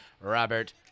Robert